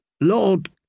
Lord